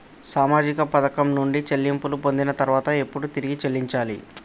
సామాజిక పథకం నుండి చెల్లింపులు పొందిన తర్వాత ఎప్పుడు తిరిగి చెల్లించాలి?